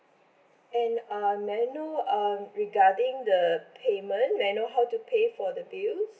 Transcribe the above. and um may I know um regarding the payment may I know how to pay for the bills